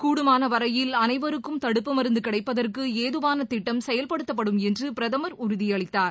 கூடுமான வரையில் அனைவருக்கும் தடுப்பு மருந்து கிடைப்பதற்கு ஏதுவான திட்டம் செயல்படுத்தப்படும் என்று பிரதமர் உறுதியளித்தார்